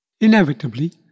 Inevitably